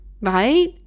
right